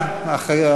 נמנעים.